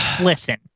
listen